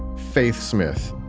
faith smith.